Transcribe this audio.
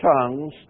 tongues